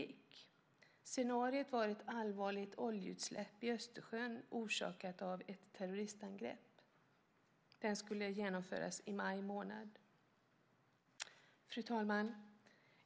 Scenariot var ett allvarligt oljeutsläpp i Östersjön orsakat av ett terroristangrepp. Övningen skulle genomföras i maj månad. Fru talman!